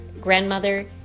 grandmother